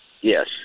yes